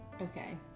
Okay